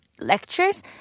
lectures